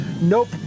Nope